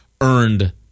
earned